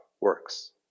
works